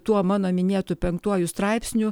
tuo mano minėtu penktuoju straipsniu